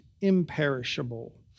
imperishable